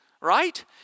right